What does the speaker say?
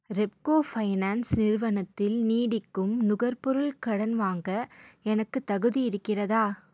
Repco finance நிறுவனத்தில் நீடிக்கும் நுகர்பொருள் கடன் வாங்க எனக்குத் தகுதி இருக்கிறதா